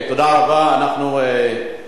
ההצעה